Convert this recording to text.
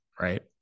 right